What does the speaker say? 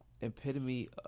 epitome